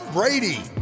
Brady